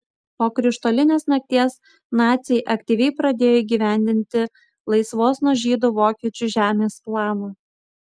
po krištolinės nakties naciai aktyviai pradėjo įgyvendinti laisvos nuo žydų vokiečių žemės planą